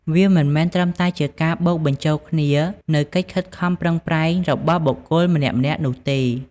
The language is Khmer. វាមិនមែនត្រឹមតែជាការបូកបញ្ចូលគ្នានូវកិច្ចខិតខំប្រឹងប្រែងរបស់បុគ្គលម្នាក់ៗនោះទេ។